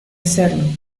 hacerlo